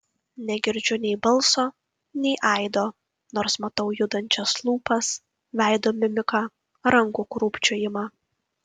negirdžiu nei balso nei aido nors matau judančias lūpas veido mimiką rankų krūpčiojimą